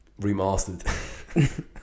Remastered